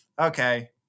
Okay